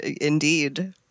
Indeed